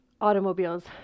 automobiles